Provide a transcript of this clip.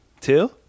two